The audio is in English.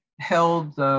held